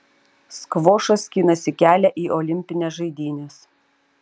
skvošas skinasi kelią į olimpines žaidynes